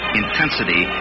intensity